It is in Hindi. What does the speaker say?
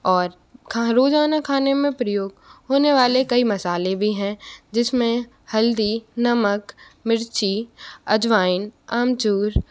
और खा रोज़ाना खाने में प्रयोग होने वाले कई मसाले भी हैं जिसमें हल्दी नमक मिर्ची अजवाइन अमचूर